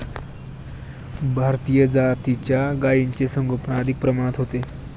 भारतीय जातीच्या गायींचे संगोपन अधिक प्रमाणात होते